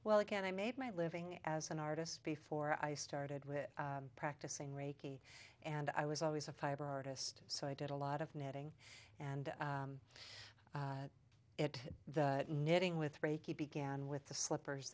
well again i made my living as an artist before i started with practicing reiki and i was always a fiber artist so i did a lot of knitting and the knitting with reiki began with the slippers